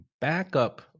backup